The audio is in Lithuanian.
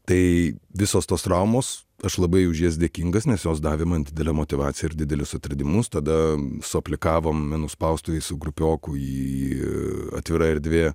tai visos tos traumos aš labai už jas dėkingas nes jos davė man didelę motyvaciją ir didelius atradimus tada suaplikavom menų spaustuvėj su grupioku į atvira erdvė